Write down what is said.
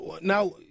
Now